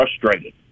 frustrated